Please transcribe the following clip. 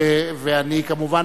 כמובן,